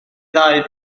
ddau